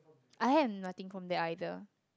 I have nothing from there either